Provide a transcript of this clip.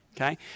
Okay